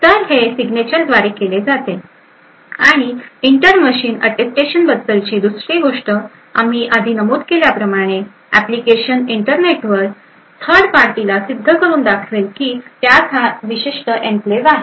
तर हे सिग्नेचरद्वारे केले जाते आणि इंटर मशीन अॅटेसेशनबद्दलची दुसरी गोष्ट आम्ही आधी नमूद केल्याप्रमाणे एप्लीकेशन इंटरनेटवर थर्ड पार्टी ला सिद्ध करून दाखवेल की त्यास हा विशिष्ट एन्क्लेव आहे